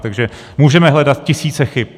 Takže můžeme hledat tisíce chyb.